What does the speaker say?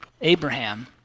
Abraham